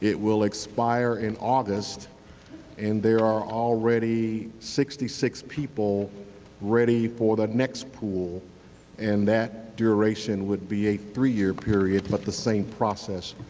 will expire in august and there are already sixty six people ready for the next pool and that duration would be a three-year period but the same process,